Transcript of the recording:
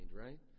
right